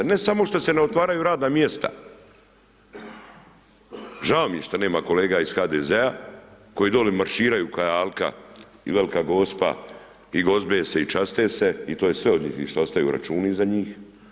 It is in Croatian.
Ne samo što se ne otvaraju radna mjesta, žao mi je što nema kolega iz HDZ-a koji dolje marširaju kad je alka i Velika Gospa i gozbe se i časte se i to je sve od .../nerazumljivo/... ostaju računi iza njih.